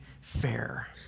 fair